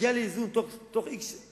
מגיע לאיזון בתקציב שלו בתוך x שנים,